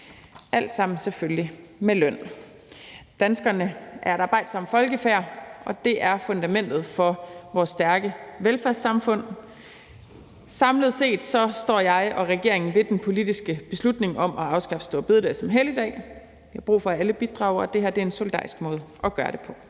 alt sammen selvfølgelig med løn. Danskerne er et arbejdsomt folkefærd, og det er fundamentet for vores stærke velfærdssamfund. Samlet set står jeg og regeringen ved den politiske beslutning om at afskaffe store bededag som helligdag. Vi har brug for, at alle bidrager, og det her er en solidarisk måde at gøre det på.